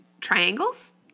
triangles